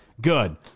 good